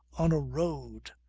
on a road,